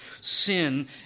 sin